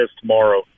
tomorrow